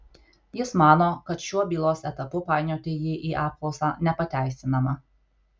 jis mano kad šiuo bylos etapu painioti jį į apklausą nepateisinama